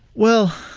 well,